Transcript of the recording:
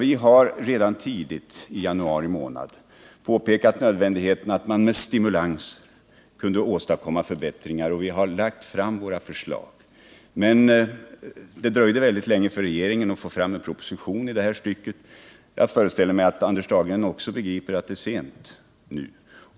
Vi har redan tidigt i januari månad påpekat nödvändigheten av att med stimulanser åstadkomma förbättringar, och vi har lagt fram förslag. Men det tog mycket lång tid innan regeringen fick fram en proposition om skogspolitiken. Jag föreställer mig att även Anders Dahlgren begriper att det nu är sent.